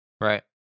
right